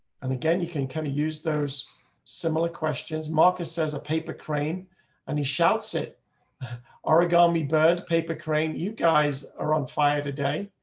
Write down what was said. and again, you can kind of use those similar questions. marcus says a paper crane and he shouts it origami bird paper crane. you guys are on fire today.